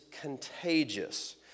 contagious